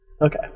Okay